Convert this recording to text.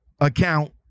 account